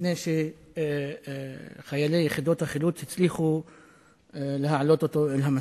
לפני שחיילי יחידת החילוץ הצליחו להעלות אותו למסוק.